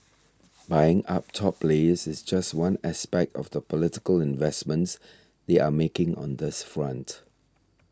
buying up top players is just one aspect of the political investments they are making on this front